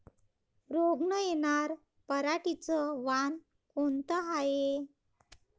रोग न येनार पराटीचं वान कोनतं हाये?